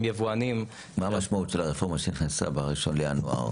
מה המשמעות של הרפורמה שנכנסה ב-1 בינואר,